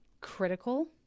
critical